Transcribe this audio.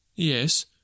Yes